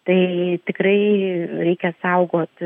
tai tikrai reikia saugot